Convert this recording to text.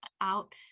out